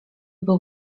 był